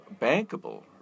bankable